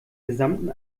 gesamten